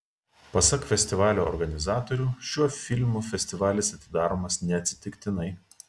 pasak festivalio organizatorių šiuo filmu festivalis atidaromas neatsitiktinai